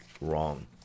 wrong